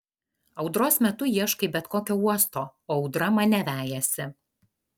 audros metu ieškai bet kokio uosto o audra mane vejasi